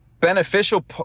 beneficial